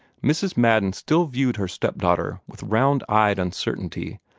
mrs. madden still viewed her step-daughter with round-eyed uncertainty,